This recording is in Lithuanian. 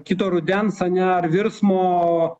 kito rudens ar ne ar virsmo